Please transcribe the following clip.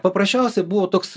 paprasčiausiai buvo toks